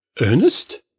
Ernest